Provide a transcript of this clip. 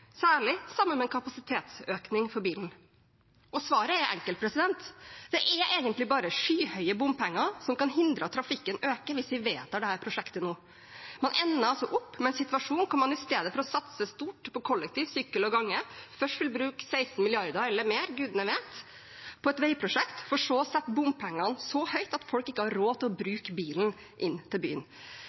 særlig sammen med en kapasitetsøkning for bilen. Svaret er enkelt: Det er egentlig bare skyhøye bompengeavgifter som kan hindre at trafikken øker hvis vi vedtar dette prosjektet nå. Man ender altså opp med en situasjon der man i stedet for å satse stort på kollektiv, sykkel og gange først vil bruke 16 mrd. kr – eller mer, gudene vet – til et veiprosjekt for så å sette bompengeavgiften så høyt at folk ikke har råd til å bruke bilen inn til byen.